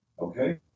okay